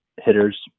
hitters